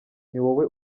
wowe